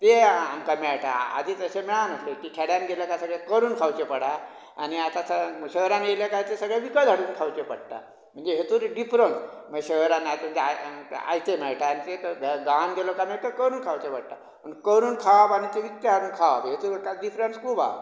ते आमकां मेळटा आदी तशे मेळानासले की खेड्यांत गेले कांय सगळे करून खावचें पडा आनी आता स् शहरानी येले काय ते सगळे विकत हाडून खावचे पडटा म्हणजे हेतूंत डिफरंस माई शहरान आतां आयचे मेळटा आनी गांवान गेलो कांय करून खावचें पडटां करून खावप आनी तें विकत हाडून खावप हेतूंत भितर डिफरंस खूब आहा